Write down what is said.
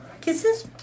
Kisses